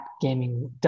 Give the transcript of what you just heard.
gaming